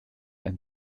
ein